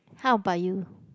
how about you